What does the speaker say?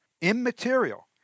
immaterial